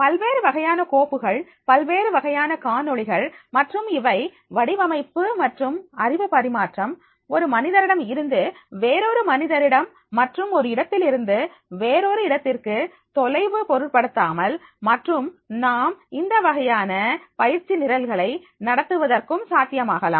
பல்வேறு வகையான கோப்புகள் பல்வேறு வகையான காணொளிகள் மற்றும் இவை வடிவமைப்பு மற்றும் அறிவு பரிமாற்றம் ஒரு மனிதரிடம் இருந்து வேறொரு மனிதரிடம் மற்றும் ஒரு இடத்திலிருந்து வேறொரு இடத்திற்கு தொலைவு பொருட்படுத்தாமல் மற்றும் நாம் இந்த வகையான பயிற்சி நிரல்களை நடத்துவதற்கும் சாத்தியமாகலாம்